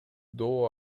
доо